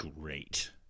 great